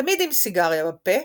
תמיד עם סיגריה בפה,